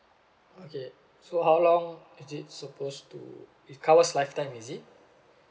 okay so how long is this suppose to it covers lifetime is it